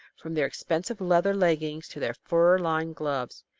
from their expensive leather leggins to their fur-lined gloves.